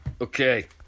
Okay